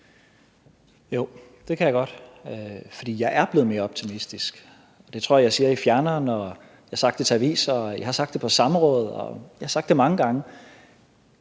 Jo, det kan jeg godt, for jeg er blevet mere optimistisk. Det tror jeg jeg siger i fjerneren, og jeg har sagt det til aviser, og jeg har sagt på samråd – jeg har sagt det mange gange.